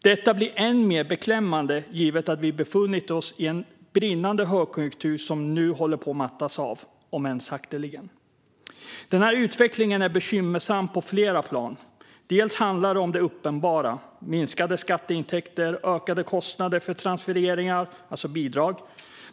Detta blir än mer beklämmande givet att vi befunnit oss i en brinnande högkonjunktur som nu håller på att mattas av, om än sakteligen. Den här utvecklingen är bekymmersam på flera plan. Delvis handlar det om det uppenbara - minskade skatteintäkter och ökade kostnader för transfereringar, det vill säga bidrag.